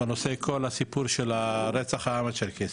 בנוגע לכל הסיפור של רצח העם הצ'רקסי,